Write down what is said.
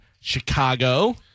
Chicago